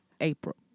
April